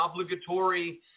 obligatory